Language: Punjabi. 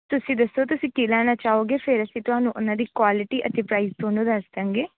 ਤੁਸੀਂ ਦੱਸੋ ਤੁਸੀਂ ਕੀ ਲੈਣਾ ਚਾਹੋਗੇ ਫਿਰ ਅਸੀਂ ਤੁਹਾਨੂੰ ਉਨ੍ਹਾਂ ਦੀ ਕੁਆਲਿਟੀ ਅਤੇ ਪ੍ਰਾਈਜ਼ ਦੋਨੋਂ ਦੱਸ ਦਿਆਂਗੇ